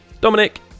Dominic